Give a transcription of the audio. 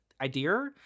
Idea